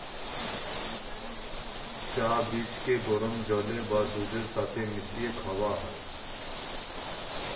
চা বীজকে গরম জল বা দুধের সাথে মিশিয়ে খাওয়া হয়